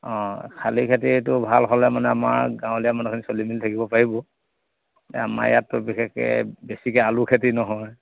শালী খেতিটো ভাল হ'লে মানে আমাৰ গাঁৱলীয়া মানুহখিনি চলিমেলি থাকিব পাৰিব আমাৰ ইয়াতো বিশেষকে বেছিকে আলু খেতি নহয়